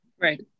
Right